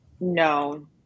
No